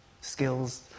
skills